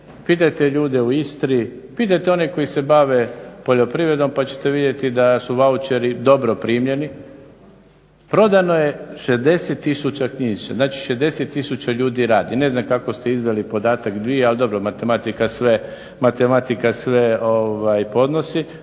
pitajte ljude u Istri, pitajte one koji se bave poljoprivredom pa ćete vidjeti da su vaučeri dobro primljeni. Prodano je 60 tisuća knjižica, znači 60 tisuća ljudi radi, ne znam kao ste iznijeli podatak 2, ali dobro matematika sve,